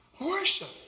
worship